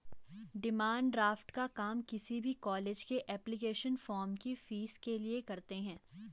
demand draft का काम किसी भी कॉलेज के एप्लीकेशन फॉर्म की फीस के लिए करते है